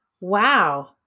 Wow